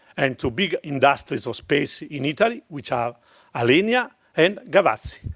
and to big industries of space in italia which are alenia and gavazzi.